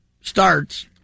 starts